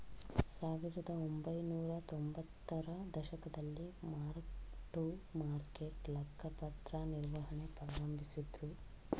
ಸಾವಿರದಒಂಬೈನೂರ ತೊಂಬತ್ತರ ದಶಕದಲ್ಲಿ ಮಾರ್ಕ್ ಟು ಮಾರ್ಕೆಟ್ ಲೆಕ್ಕಪತ್ರ ನಿರ್ವಹಣೆ ಪ್ರಾರಂಭಿಸಿದ್ದ್ರು